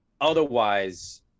Otherwise